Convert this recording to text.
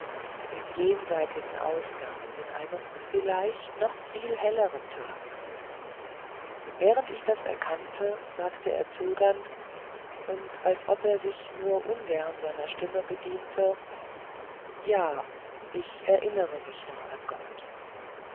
dem jenseitigen ausgang in einen vielleicht noch viel helleren tag während ich das erkannte sagte er zögernd und als ob er sich nur ungern seiner stimme bediente ja ich erinnere mich noch an gott